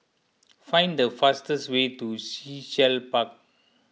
find the fastest way to Sea Shell Park